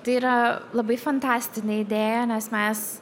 tai yra labai fantastinė idėja nes mes